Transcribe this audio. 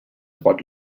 droits